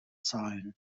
zahlen